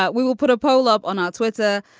ah we will put a poll up on ah twitter.